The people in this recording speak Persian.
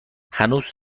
هنوز